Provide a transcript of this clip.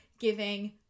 giving